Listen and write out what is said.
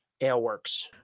Aleworks